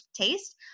taste